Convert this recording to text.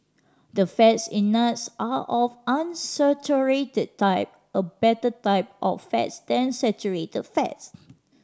the fats in nuts are of unsaturated type a better type of fat than saturated fat